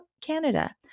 Canada